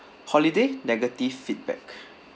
holiday negative feedback